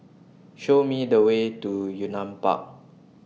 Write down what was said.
Show Me The Way to Yunnan Park